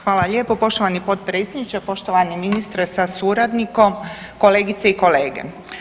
Hvala lijepo poštovani potpredsjedniče, poštovani ministre sa suradnikom, kolegice i kolege.